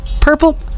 Purple